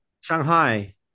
Shanghai